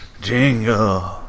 jingle